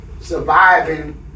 surviving